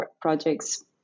projects